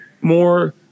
more